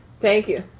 thank you.